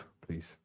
please